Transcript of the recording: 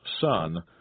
son